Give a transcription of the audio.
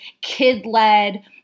kid-led